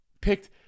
Picked